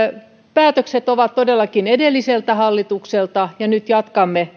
päätökset ovat todellakin edelliseltä hallitukselta ja nyt jatkamme